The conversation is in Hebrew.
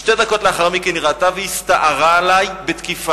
שתי דקות לאחר מכן היא ראתה והסתערה עלי בתקיפה.